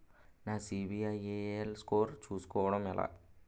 నా సిబిఐఎల్ స్కోర్ చుస్కోవడం ఎలా?